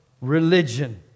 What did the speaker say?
religion